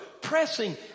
pressing